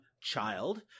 Child